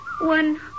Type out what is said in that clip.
one